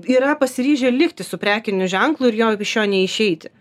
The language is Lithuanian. yra pasiryžę likti su prekiniu ženklu ir jo iš jo neišeiti